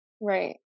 right